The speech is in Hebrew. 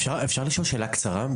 אפשר לשאול שאלה קצרה?